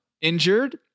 injured